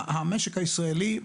המשק הישראלי,